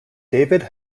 david